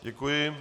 Děkuji.